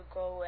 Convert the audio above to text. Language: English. go